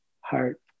heart